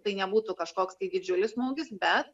tai nebūtų kažkoks tai didžiulis smūgis bet